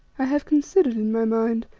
i have considered in my mind,